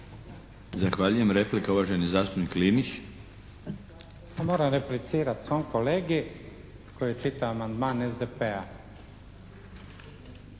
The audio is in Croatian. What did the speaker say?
Zahvaljujem. Replika uvaženi zastupnik Linić. **Linić, Slavko (SDP)** Moram replicirati svom kolegi koji je čitao amandman SDP-a.